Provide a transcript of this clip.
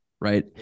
right